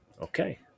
Okay